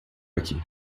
aqui